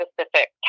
specific